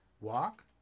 Walk